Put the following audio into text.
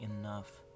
enough